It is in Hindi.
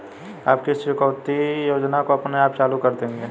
आप किस चुकौती योजना को अपने आप चालू कर देंगे?